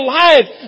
life